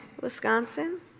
Wisconsin